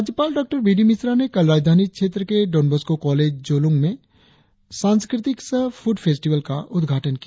राज्यपाल डॉ B D Mishra ने कल राजधानी क्षेत्र डॉन बोस्को कॉलेज जोलोम में सांस्कृतिक सह फ़ुडफेस्टिवल का उद्घाटन किया